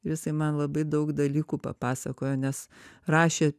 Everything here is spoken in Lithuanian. jisai man labai daug dalykų papasakojo nes rašė